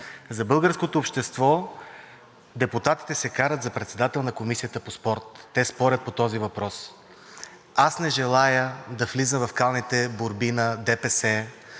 За българското общество депутатите се карат за председател на Комисията по спорт, те спорят по този въпрос. Аз не желая да влизам в калните борби на ДПС,